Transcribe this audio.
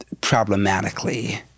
problematically